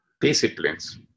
disciplines